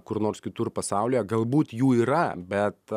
kur nors kitur pasaulyje galbūt jų yra bet